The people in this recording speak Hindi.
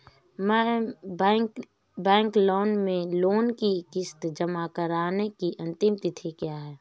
बैंक में लोंन की किश्त जमा कराने की अंतिम तिथि क्या है?